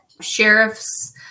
sheriffs